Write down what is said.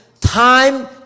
Time